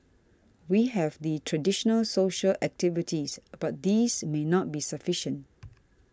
we have the traditional social activities but these may not be sufficient